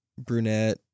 brunette